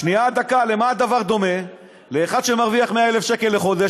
למה לא ביטלו את זה בכלל?